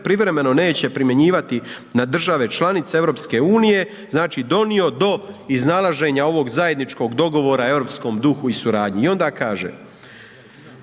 privremeno neće primjenjivati na države članice EU, znači donio do iznalaženja ovog zajedničkog dogovora europskom duhu i suradnji“ i onda kaže